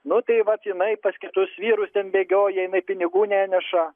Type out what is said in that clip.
nu tai va jinai pas kitus vyrus ten bėgioja jinai pinigų neneša